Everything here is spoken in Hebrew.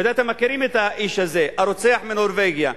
בוודאי אתם מכירים את האיש הזה, הרוצח מנורבגיה.